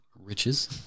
Riches